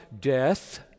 death